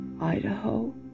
Idaho